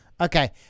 Okay